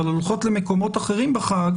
אבל הולכות למקומות אחרים בחג.